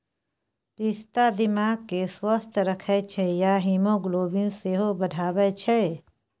पिस्ता दिमाग केँ स्वस्थ रखै छै आ हीमोग्लोबिन सेहो बढ़ाबै छै